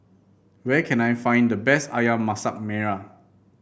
where can I find the best ayam Masak Merah